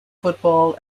football